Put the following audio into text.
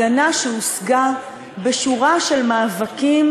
הגנה שהושגה בשורה של מאבקים,